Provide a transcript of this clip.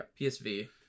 psv